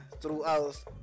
throughout